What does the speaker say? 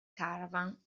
caravan